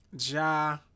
Ja